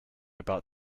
about